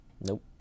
Nope